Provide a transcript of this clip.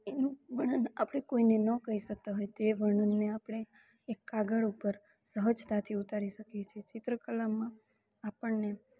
એનું વર્ણન આપણે કોઈને ન કઈ શકતા હોઈ તે વર્ણનને આપણે એક કાગળ ઉપર સહજતાથી ઉતારી શકીએ છીએ ચિત્રકલામાં આપણને